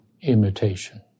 imitation